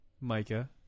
Micah